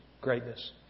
greatness